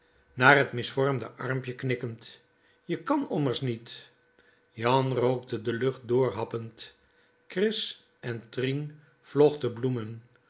naar t misvormd armpje knikkend je kan ommers niet jan rookte de lucht doorhappend chris en trien vlochten bloemen